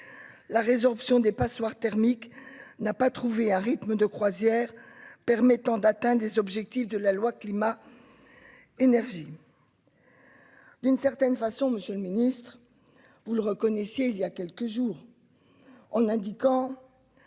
la résorption des passoires thermiques n'a pas trouvé un rythme de croisière permettant d'atteinte des objectifs de la loi climat-énergie d'une certaine façon, Monsieur le Ministre, vous le reconnaissiez il y a quelques jours, on indiquant,